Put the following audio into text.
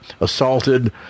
assaulted